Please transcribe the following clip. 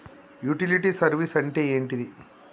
Utility service అంటే ఏంటిది?